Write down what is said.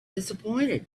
disappointed